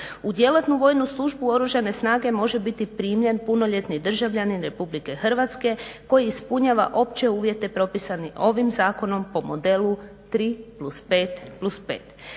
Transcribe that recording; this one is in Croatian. U djelatnu vojnu službu Oružane snage može biti primljen punoljetni državljanin Republike Hrvatske koji ispunjava opće uvjete propisane ovim zakonom po modelu 3+5+5.